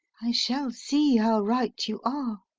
i shall see how right you are.